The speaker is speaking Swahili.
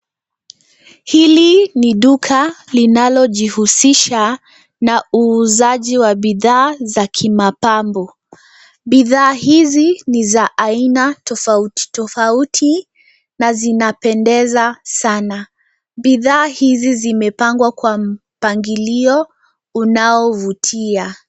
Hili ni duka linalojihusisha na uuzaji wa bidhaa za kimapambo. Bidhaa hizi ni za aina tofauti tofauti, na zinapendeza sana. Bidhaa hizi zimepangwa kwa mpangilio unao vutia.